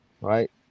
right